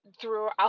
throughout